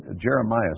Jeremiah